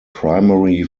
primary